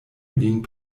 lin